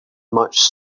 much